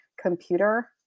computer